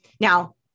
Now